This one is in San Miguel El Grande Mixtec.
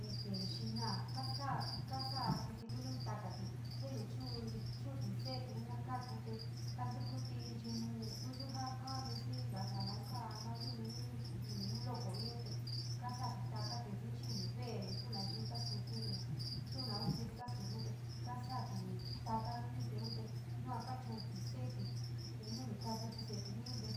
este xinogo kasaio kasaio kiti luliun takati ntenu chuu’i chuun’ti sele’ti no kaku te kantukuti ñu yuno nu yuja kaanyu, xii vasa noun koo móa yono luliun nenee nu lookoi ioo, te kasaoti takati xin vele no tuu nayo kasoku, nu tuu noun kiti kasoku te kasrii taka luliun, te yua kachuuti sele’ti te nu ni kaku sele’lulion te